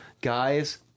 guys